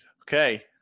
Okay